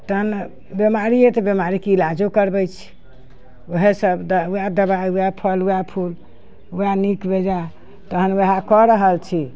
तहन बीमारी अइ तऽ बीमारी कऽ इलाजो करबै छी वएह सभ तऽ वएह दबाइ वएह फल वएह फूल वएह नीक बेजाय तहन वएहे कऽ रहल छी